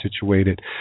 situated